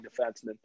defenseman